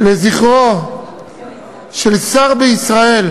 לזכרו של שר בישראל,